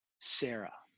Sarah